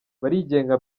barigenga